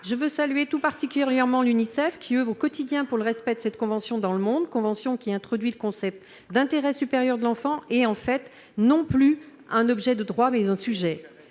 Je veux saluer tout particulièrement l'Unicef, qui oeuvre au quotidien pour le respect de cette convention dans le monde, convention qui introduit le concept d'intérêt supérieur de l'enfant et fait de ce dernier non plus un objet de droit, mais un sujet.